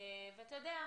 ואתה יודע,